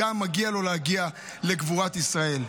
מגיע לו להגיע לקבורת ישראל.